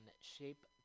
shape